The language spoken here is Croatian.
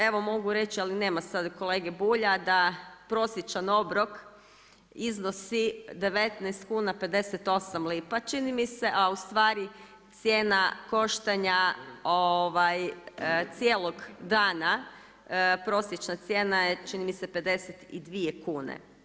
Evo mogu reći, ali nema sada kolege Bulja da prosječan obrok iznosi 19,58kn čini mi se a ustvari cijena koštanja cijelog dana, prosječna cijena je čini mi se 52 kune.